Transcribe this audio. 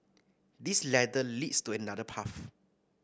this ladder leads to another path